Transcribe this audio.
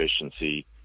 efficiency